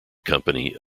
company